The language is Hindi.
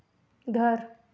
घर